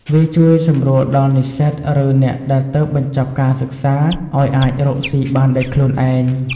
វាជួយសម្រួលដល់និស្សិត ឬអ្នកដែលទើបបញ្ចប់ការសិក្សាឱ្យអាចរកស៊ីបានដោយខ្លួនឯង។